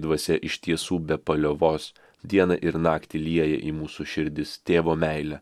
dvasia iš tiesų be paliovos dieną ir naktį lieja į mūsų širdis tėvo meilę